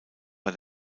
bei